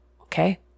Okay